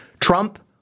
Trump